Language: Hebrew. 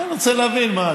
אני רוצה להבין.